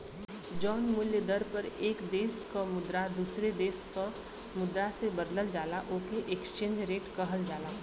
जौन मूल्य दर पर एक देश क मुद्रा दूसरे देश क मुद्रा से बदलल जाला ओके एक्सचेंज रेट कहल जाला